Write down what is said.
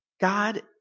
God